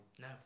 No